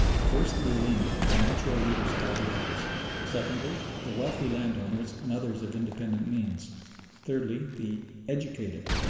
first, the ulema, the natural leaders of all the others secondly, the wealthy landowners and others of independent means thirdly, the educated,